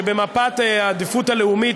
שבמפת העדיפות הלאומית,